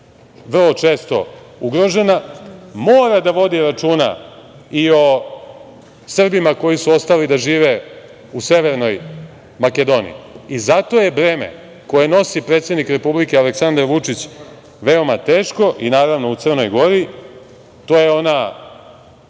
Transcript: vrlo često ugrožena, mora da vodi računa i o Srbima koji su ostali da žive u Severnoj Makedoniji. Zato je breme koje nosi predsednik Republike Aleksandar Vučić, veoma teško i naravno u Crnoj Gori. To je ona,